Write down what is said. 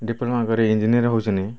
diploma କରି engineer ହେଉଛନ୍ତି